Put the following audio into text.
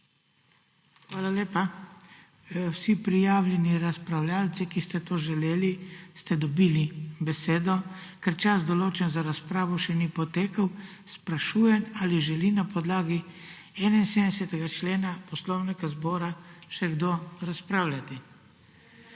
Hvala lepa. Vsi prijavljeni razpravljavci, ki ste to želeli, ste dobili besedo. Ker čas, določen za razpravo, še ni potekel, sprašujem, če želi na podlagi 71. člena Poslovnika zbora še kdo razpravljati. Ugotavljam,